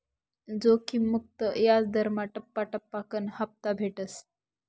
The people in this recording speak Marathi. जोखिम मुक्त याजदरमा टप्पा टप्पाकन हापता भेटस